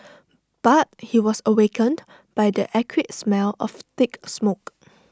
but he was awakened by the acrid smell of thick smoke